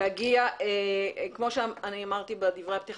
כפי שאמרתי בתחילת דבריי,